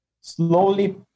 slowly